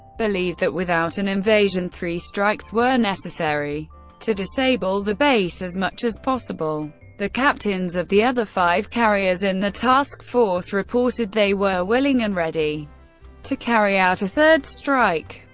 believed that without an invasion three strikes were necessary to disable the base as much as possible. the captains of the other five carriers in the task force reported they were willing and ready to carry out a third strike.